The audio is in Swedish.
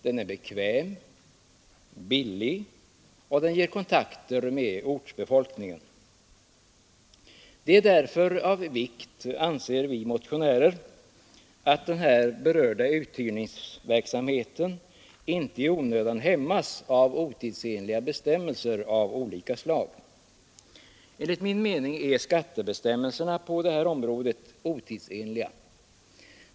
Den är bekväm, billig och ger kontakter med ortsbefolkningen. Det är därför av vikt, anser vi motionärer, att den här berörda uthyrningsverksamheten inte i onödan hämmas av otidsenliga bestämmelser av olika slag. Enligt vår mening är skattebestämmelserna på detta område otidsenliga.